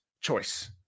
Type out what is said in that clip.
choice